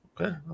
Okay